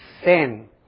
sin